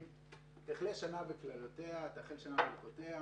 איך הם סידרו ככה שהם יוכלו להגיד "1,000 מיטות",